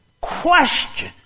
question